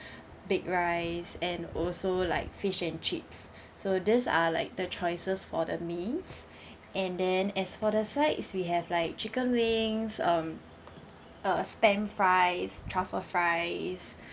baked rice and also like fish and chips so these are like the choices for the mains and then as for the sides we have like chicken wings um uh spam fries truffle fries